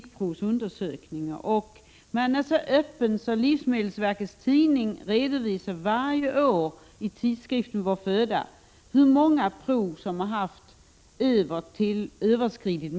Redovisningen av dem är så öppen att livsmedelsverket varje år i tidskriften Vår föda redovisar i hur många prov man funnit att de tillåtna mängderna överskridits.